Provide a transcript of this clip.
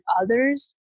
others